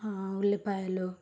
ఉల్లిపాయలు